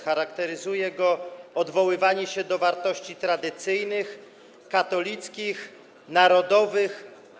Charakteryzuje go odwoływanie się do wartości tradycyjnych, katolickich, narodowych.